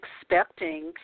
expecting